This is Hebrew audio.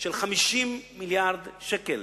של 50 מיליארד שקל.